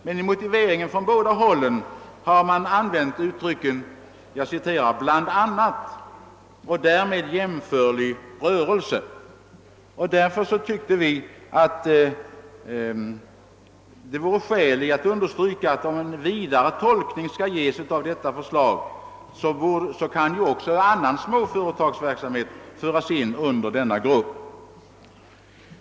Men i motiveringen har man använt uttrycket »bl.a. kioskhandel och därmed jämförlig rörelse», och därför tycker vi att det vore skäl i att understryka, att om en allt för vid tolkning skall ges av detta förslag, så kan också annan småföretagsverksamhet föras in i denna grupp.